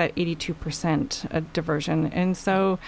that eighty two percent diversion and so